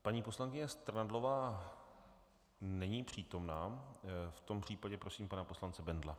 Paní poslankyně Strnadlová není přítomna, v tom případě prosím pana poslance Bendla.